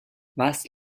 was